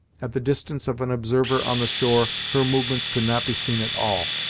at the distance of an observer on the shore her movements could not be seen at all,